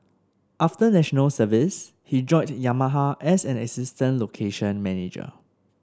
after National Service he joined Yamaha as an assistant location manager